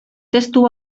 testu